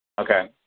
Okay